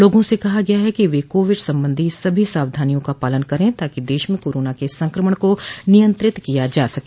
लोगों से कहा गया है कि वे कोविड संबंधी सभी सावधानियों का पालन करें ताकि देश में कोरोना के संकमण को नियंत्रित किया जा सके